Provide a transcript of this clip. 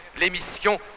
l'émission